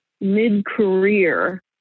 mid-career